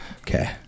Okay